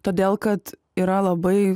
todėl kad yra labai